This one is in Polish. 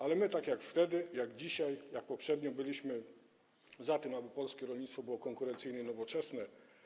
Ale my tak jak wtedy, jak dzisiaj i jak poprzednio byliśmy za tym, aby polskie rolnictwo było konkurencyjne i nowoczesne.